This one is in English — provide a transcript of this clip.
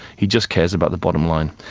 he just cares about the bottom line.